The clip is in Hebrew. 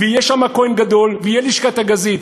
יהיה שם כוהן גדול ותהיה לשכת הגזית.